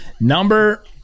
Number